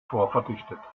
vorverdichtet